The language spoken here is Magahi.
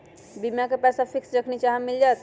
बीमा के पैसा फिक्स जखनि चाहम मिल जाएत?